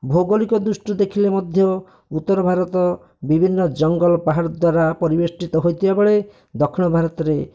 ଭୌଗଳିକ ଦୃଷ୍ଟିରୁ ଦେଖିଲେ ମଧ୍ୟ ଉତ୍ତର ଭାରତ ବିଭିନ୍ନ ଜଙ୍ଗଲ ପାହାଡ଼ ଦ୍ୱାରା ପରିବେଷ୍ଟିତ ହୋଇଥିବା ବେଳେ ଦକ୍ଷିଣ ଭାରତରେ